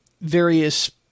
various